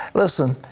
listen,